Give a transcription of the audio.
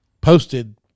posted